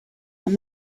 and